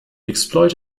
exploit